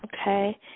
Okay